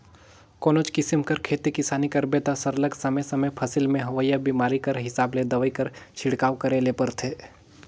कोनोच किसिम कर खेती किसानी करबे ता सरलग समे समे फसिल में होवइया बेमारी कर हिसाब ले दवई कर छिड़काव करे ले परथे